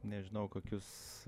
nežinau kokius